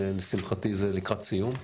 ולשמחתי זה לקראת סיום.